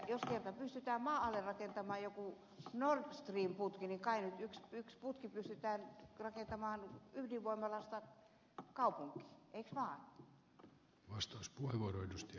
jos kerta pystytään maan alle rakentamaan joku nord stream putki niin kai nyt yksi putki pystytään rakentamaan ydinvoimalasta kaupunkiin eikö vaan